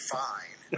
fine